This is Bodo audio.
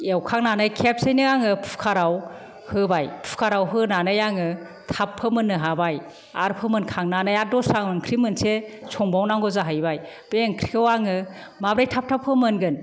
एवखांनानै खेबसेनो आङो कुकाराव होबाय कुकाराव होनानै आङो थाब फोमोननो हाबाय आरो फोमोनखांनानै आरो दस्रा मोनसे ओंख्रि संबावनांगौ जाहैबाय बे ओंख्रिखौ आङो माबोरै थाब थाब फोमोनगोन